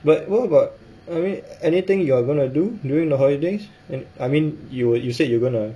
but what about I mean anything you're gonna do during the holidays I mean you you said you gonna